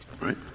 right